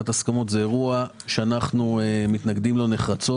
ההסכמות היא אירוע שאנחנו מתנגדים לו נחרצות.